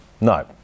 No